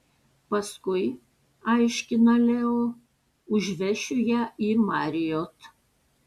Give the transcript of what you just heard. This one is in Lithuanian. paskui aiškina leo užvešiu ją į marriott